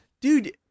Dude